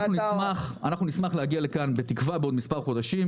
אנחנו נשמח להגיע לכאן בתקווה בעוד כמה חודשים,